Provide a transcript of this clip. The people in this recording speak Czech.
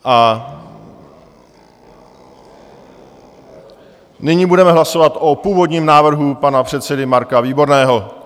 A nyní budeme hlasovat o původním návrhu pana předsedy Marka Výborného.